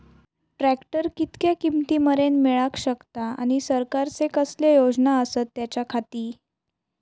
Tractor कितक्या किमती मरेन मेळाक शकता आनी सरकारचे कसले योजना आसत त्याच्याखाती?